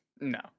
No